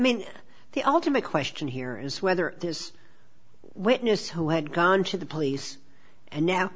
mean the ultimate question here is whether this witness who had gone to the police and now